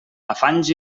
afanys